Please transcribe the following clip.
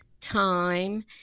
time